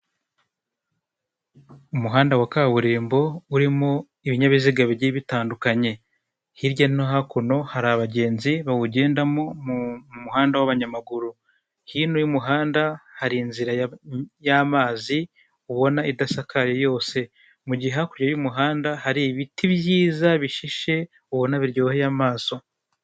Umuhanda wa kaburimbo urimo ibinyabiziga bigiye bitandukanye. Hirya no hakuno hari abagenzi bawugendamo mu muhanda w'abanyamaguru. Hino y'umuhanda har'inzira y'amazi ubona idasakaye yose. Mu gihe hakurya y'umuhanda hari ibiti byiza bishishe, ubona biryoheye amaso.